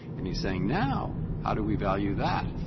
and he's saying now, how do we value that?